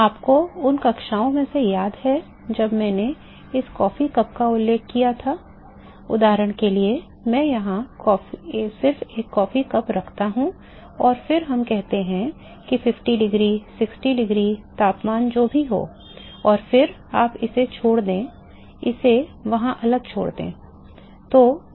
आपको उन कक्षाओं में से एक याद है जब मैंने इस कॉफी कप का उल्लेख किया था उदाहरण के लिए मैं यहां सिर्फ एक कॉफी कप रखता हूं और फिर हम कहते हैं कि 50 डिग्री 60 डिग्री तापमान जो भी हो और फिर आप इसे छोड़ दें इसे वहां अलग छोड़ दें